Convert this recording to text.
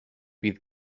bydd